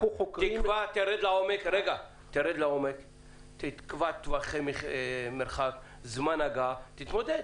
תרד לעומק, תקבע טווחיי מרחק, זמן הגעה ותתמודד.